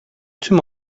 tüm